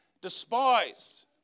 despised